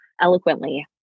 eloquently